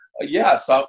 yes